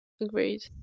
agreed